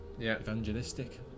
evangelistic